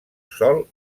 sol